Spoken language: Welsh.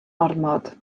ormod